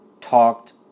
talked